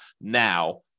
now